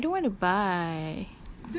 ya but I don't want to buy